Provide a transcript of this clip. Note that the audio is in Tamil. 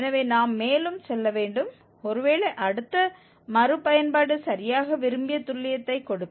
எனவே நாம் மேலும் செல்ல வேண்டும் ஒருவேளை அடுத்த மறுபயன்பாடு சரியாக விரும்பிய துல்லியத்தை கொடுக்கும்